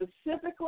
specifically